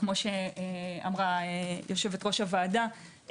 כפי שאמרה יושבת-ראש הוועדה,